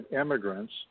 immigrants